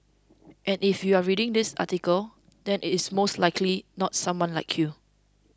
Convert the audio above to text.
and if you are reading this article then it is most likely not someone like you